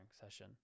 session